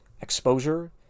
exposure